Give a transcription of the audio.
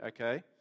okay